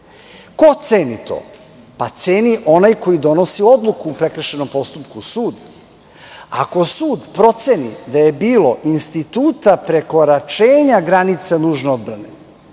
Ko ceni to? Ceni onaj koji donosi odluku u prekršajnom postupku, sud. Ako sud proceni da je bilo instituta prekoračenja granica nužne odbrane,